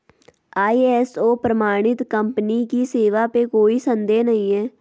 ISO प्रमाणित company की सेवा पे कोई संदेह नहीं है